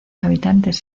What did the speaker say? habitantes